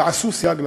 ועשו סייג לתורה.